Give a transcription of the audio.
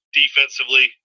defensively